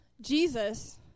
Jesus